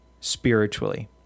spiritually